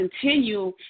continue